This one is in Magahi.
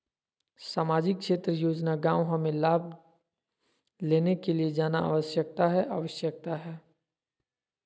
सामाजिक क्षेत्र योजना गांव हमें लाभ लेने के लिए जाना आवश्यकता है आवश्यकता है?